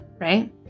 right